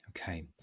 Okay